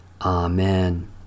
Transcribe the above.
Amen